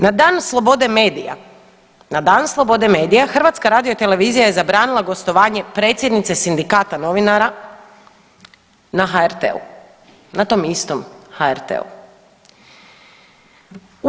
Na Dan slobode medije, na Dan slobode medija, HRT je zabranila gostovanje predsjednice Sindikata novinara na HRT-u, na tom istom HRT-u.